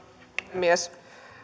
puhemies